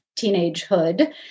teenagehood